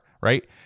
right